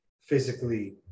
physically